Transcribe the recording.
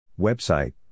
website